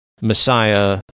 Messiah